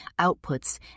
outputs